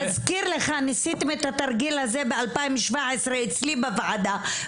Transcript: להזכיר לך שניסיתם את התרגיל הזה ב-2017 אצלי בוועדה.